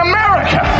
America